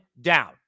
down